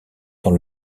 dans